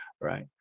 right